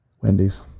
wendy's